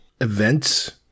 events